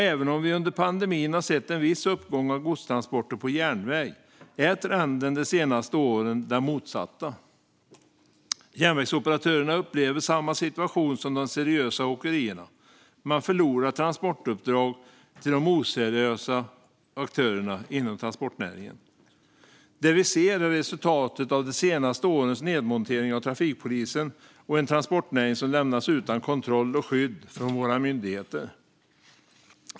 Även om vi under pandemin har sett en viss uppgång av godstransporter på järnväg är trenden de senaste åren den motsatta. Järnvägsoperatörerna upplever samma situation som de seriösa åkerierna: Man förlorar transportuppdrag till de oseriösa aktörerna inom transportnäringen. Det vi ser är resultatet av de senaste årens nedmontering av trafikpolisen och en transportnäring som lämnats utan kontroll och skydd från våra myndigheter.